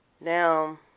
Now